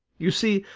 you see,